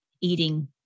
eating